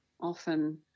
often